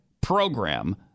program